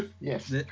Yes